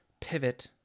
pivot